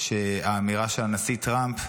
שהאמירה של הנשיא טראמפ,